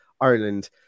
Ireland